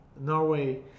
Norway